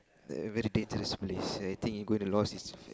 uh very dangerous place I think he going to lost his uh